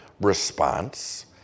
response